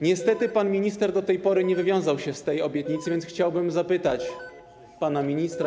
Niestety, pan minister do tej pory nie wywiązał się z tej obietnicy, więc chciałbym zapytać pana ministra.